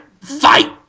fight